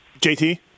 JT